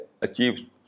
achieve